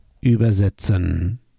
übersetzen